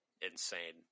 insane